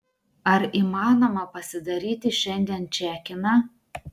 ar įmanoma pasidaryti šiandien čekiną